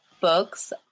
Books